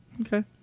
Okay